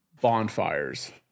Bonfires